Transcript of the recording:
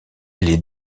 les